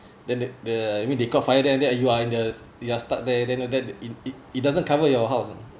then the the I mean they caught fire then you are in the you are stuck there then th~ th~ that it it doesn't cover your house ah